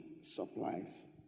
supplies